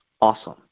awesome